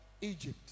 Egypt